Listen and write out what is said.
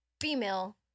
female